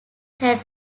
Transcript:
had